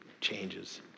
changes